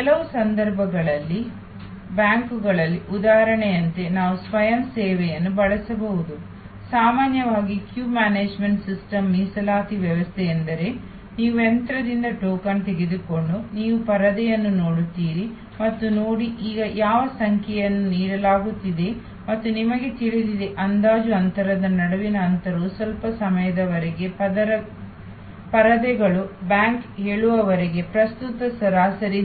ಕೆಲವು ಸಂದರ್ಭಗಳಲ್ಲಿ ಬ್ಯಾಂಕುಗಳಲ್ಲಿನ ಉದಾಹರಣೆಯಂತೆ ನಾವು ಸ್ವಯಂ ಸೇವೆಗಳನ್ನು ಬಳಸಬಹುದು ಸಾಮಾನ್ಯವಾಗಿ ಸರದಿ ಮ್ಯಾನೇಜ್ಮೆಂಟ್ ಸಿಸ್ಟಮ್ ಮೀಸಲಾತಿ ವ್ಯವಸ್ಥೆ ಎಂದರೆ ನೀವು ಯಂತ್ರದಿಂದ ಟೋಕನ್ ತೆಗೆದುಕೊಂಡು ನೀವು ಪರದೆಯನ್ನು ನೋಡುತ್ತೀರಿ ಮತ್ತು ನೋಡಿ ಈಗ ಯಾವ ಸಂಖ್ಯೆಯನ್ನು ನೀಡಲಾಗುತ್ತಿದೆ ಮತ್ತು ನಿಮಗೆ ತಿಳಿದಿದೆ ಅಂದಾಜು ಅಂತರದ ನಡುವಿನ ಅಂತರವು ಸ್ವಲ್ಪ ಸಮಯದವರೆಗೆ ಪರದೆಗಳು ಬ್ಯಾಂಕ್ ಹೇಳುವವರಿಗೆ ಪ್ರಸ್ತುತ ಸರಾಸರಿ